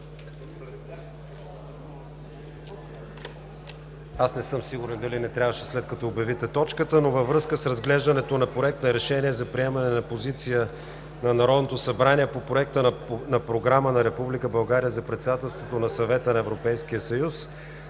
Не съм сигурен дали не трябваше, след като обявите точката, но във връзка с разглеждането на Проект на Решение за приемане на Позиция на Народното събрание по проекта на Програма на Република България за председателството на Съвета на Европейския съюз,